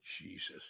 Jesus